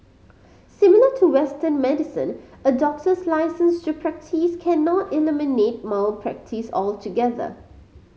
similar to Western medicine a doctor's licence to practise cannot eliminate malpractice altogether